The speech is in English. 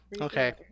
Okay